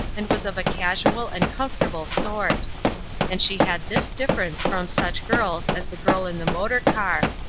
and was of a casual and comfortable sort and she had this difference from such girls as the girl in the motor-car,